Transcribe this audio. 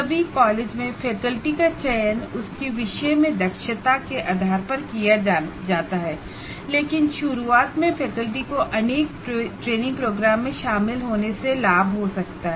सभी कॉलेजों में फैकल्टी का चयन उसके विषयों में दक्षता के आधार पर किया जाता है लेकिन शुरुआत में फैकल्टी को अनेक ट्रेनिंग प्रोग्राम में शामिल होने से लाभ हो सकता हैं